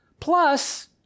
Plus